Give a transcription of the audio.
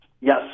Yes